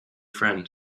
friend